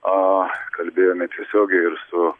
a kalbėjome tiesiogiai ir su